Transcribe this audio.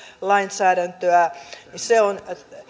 lainsäädäntöä on